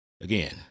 Again